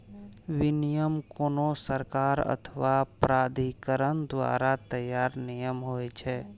विनियम कोनो सरकार अथवा प्राधिकरण द्वारा तैयार नियम होइ छै